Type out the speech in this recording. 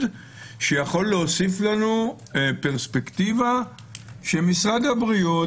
שיכול להוסיף לנו פרספקטיבה שמשרד הבריאות,